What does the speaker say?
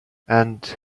and